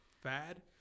fad